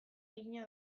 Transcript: egina